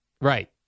Right